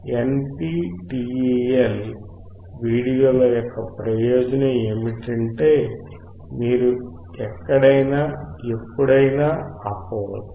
NPTEL వీడియోల యొక్క ప్రయోజనం ఏమిటంటే మీరు ఎక్కడైనా ఎప్పుడైనా ఆపవచ్చు